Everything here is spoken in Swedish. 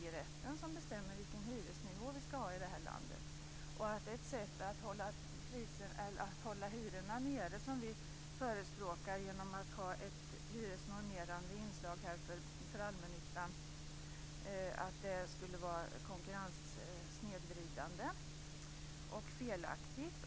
Det är EG-rätten som bestämmer vilken hyresnivå vi ska ha i landet. Det sätt att hålla hyrorna nere som vi förespråkar, med ett hyresnormerande inslag för allmännyttan, skulle då vara konkurrenssnedvridande och felaktigt.